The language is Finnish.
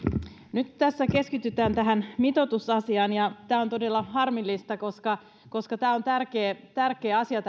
nyt tässä keskitytään tähän mitoitusasiaan ja tämä on todella harmillista koska koska vanhustenhoito on tärkeä tärkeä asia